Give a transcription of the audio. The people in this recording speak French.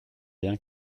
bien